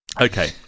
okay